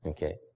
Okay